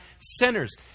sinners